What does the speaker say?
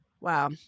Wow